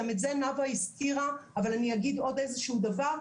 גם את זה נאוה הזכירה אבל אני אגיד עוד איזשהו דבר.